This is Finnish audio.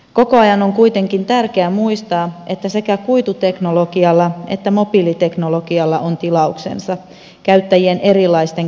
koko ajan on kuitenkin tärkeää muistaa että sekä kuituteknologialla että mobiiliteknologialla on tilauksensa käyttäjien erilaisten käyttötarpeiden johdosta